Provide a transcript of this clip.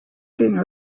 ging